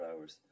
hours